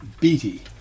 Beatty